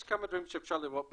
יש כמה דברים שאפשר לראות בבירור.